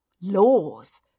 Laws